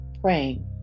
praying